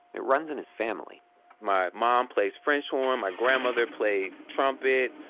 it runs in his family my mom plays french horn, my grandmother plays trumpet.